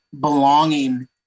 belonging